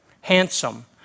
handsome